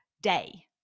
Day